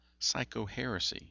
psychoheresy